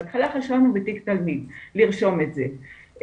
בהתחלה חשבנו לרשום את זה בתיק תלמיד,